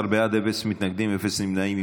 17 בעד, אפס מתנגדים, אפס נמנעים.